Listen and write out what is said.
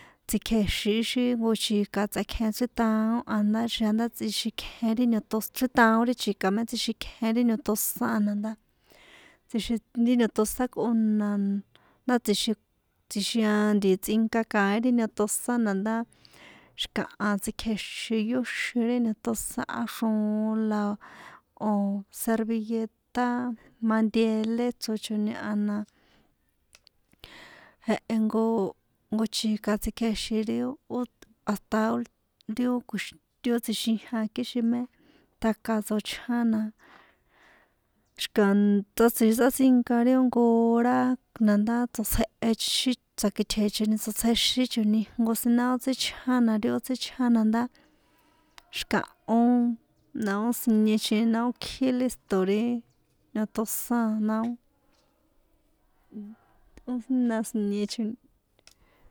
Tsíkjèxin ixi jnko chika tsekjen chrítaon an nda tsjixin nda tsixikjen ri niotos chrítaon ri chika mé tsixikjen ri niotosán a na ndá tsjixin ri niotosán kꞌóna ndá tsjixin tsjixin an tsꞌinka kaín ri niotosán na ndá xi̱kaha tsikjèxin yóxin ri niotosán á xroon la o̱ servilletaa mantelé chróchoni na a jehe jnko jnko chika tsíkjèxín ri o ó hata ul ri ó ti ó tsjixijan kixin mé tjaka tsochján na xi̱ka tsꞌatsi tsꞌátsinka ri o jnko hora na ndá tsotsjehe xi tsakitsje̱hechoni tsotsjexíni jnko siná ó tsíchján ndá ti ó tsíchján na ndá xi̱kahón na o siniechoni na ó kjí lísto̱ ri niotosán a na o nnn ó jína siniechoni.